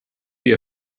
you